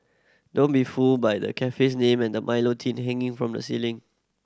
don't be fooled by the cafe's name and the Milo tin hanging from the ceiling